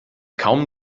kaum